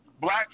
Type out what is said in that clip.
black